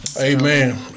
Amen